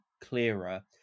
clearer